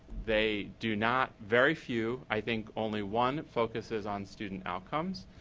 they do not very few, i think only one focuses on student outcomes.